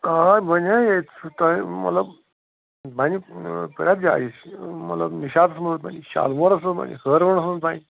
آ بَنہِ ہے ییٚتہِ سُہ تۄہہِ مطلب بَنہِ پرٛٮ۪تھ جایہِ مطلب نِشاطَس منٛز بَنہِ شالمورَس منٛز بَنہِ ہٲروَنَس منٛز بَنہِ